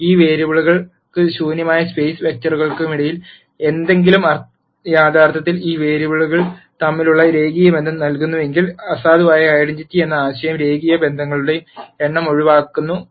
ഈ വേരിയബിളുകൾ ക്കും ശൂന്യമായ സ് പേസ് വെക്ടറുകൾ ക്കുമിടയിൽ എന്തെങ്കിലും യഥാർത്ഥത്തിൽ ഈ വേരിയബിളുകൾ തമ്മിലുള്ള രേഖീയ ബന്ധം നൽകുന്നുവെങ്കിൽ അസാധുവായ ഐഡന്റി എന്ന ആശയം രേഖീയ ബന്ധങ്ങളുടെ എണ്ണം ഒഴിവാക്കുന്നു